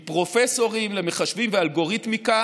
עם פרופסורים למחשבים ואלגוריתמיקה